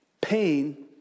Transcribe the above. pain